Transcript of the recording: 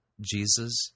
Jesus